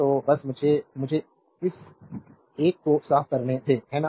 तो बस मुझे मुझे इस एक को साफ करने दें है ना